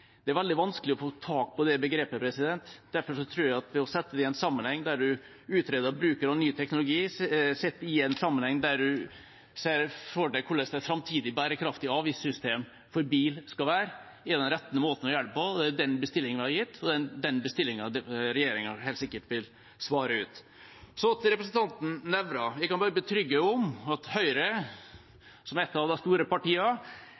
Det er veldig vanskelig å få tak på det begrepet. Derfor tror jeg at den rette måten å gjøre det på når en utreder bruken av ny teknologi, er å se det i sammenheng med hvordan et framtidig bærekraftig avgiftssystem for bil skal være. Det er den bestillingen vi har gitt, og det er den bestillingen regjeringa helt sikkert vil svare ut. Til representanten Nævra: Jeg kan betrygge ham om at Høyre, som et av de store